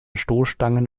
stoßstangen